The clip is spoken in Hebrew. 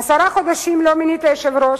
עשרה חודשים לא מינית יושב-ראש,